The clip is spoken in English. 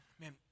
man